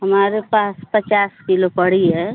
हमारे पास पचास किलो पड़ी है